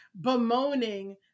bemoaning